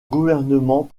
gouvernement